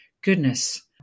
goodness